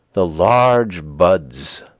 the large buds,